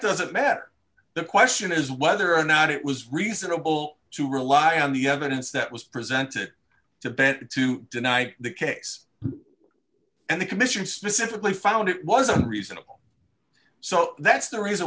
doesn't matter the question is whether or not it was reasonable to rely on the evidence that was presented to benefit to deny the case and the commission specifically found it wasn't reasonable so that's the reason